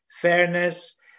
fairness